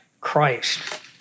Christ